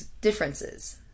differences